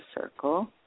circle